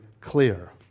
clear